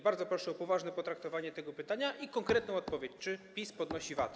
Bardzo proszę o poważne potraktowanie tego pytania i konkretną odpowiedź: Czy PiS podnosi VAT?